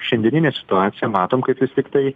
šiandieninę situaciją matom kaip vis tiktai